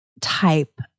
Type